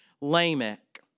Lamech